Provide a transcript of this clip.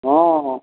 हँ हँ